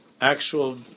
actual